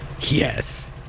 yes